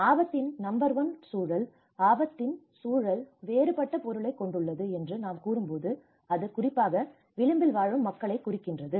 ஆபத்தின் number one சூழல் ஆபத்தின் சூழல் வேறுபட்ட பொருளைக் கொண்டுள்ளது என்று நாம் கூறும்போது அது குறிப்பாக விளிம்பில் வாழும் மக்களை குறிக்கின்றது